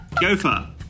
Gopher